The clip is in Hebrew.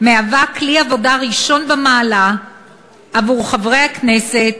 כלי עבודה ראשון במעלה עבור חברי הכנסת